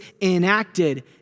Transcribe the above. enacted